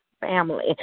Family